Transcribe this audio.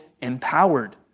empowered